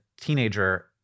teenager